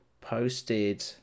posted